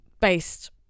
based